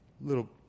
little